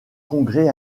congrès